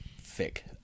thick